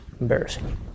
Embarrassing